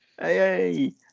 Hey